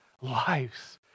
lives